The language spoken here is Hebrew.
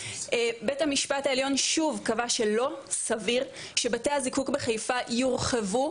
בית המשפט העליון שוב קבע שלא סביר שבתי הזיקוק בחיפה יורחבו,